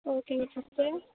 ஓகேங்க சிஸ்டர்